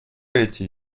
эти